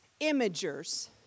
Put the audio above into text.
imagers